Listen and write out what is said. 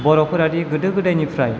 बर'फोरादि गोदो गोदायनिफ्राय